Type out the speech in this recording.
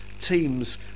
teams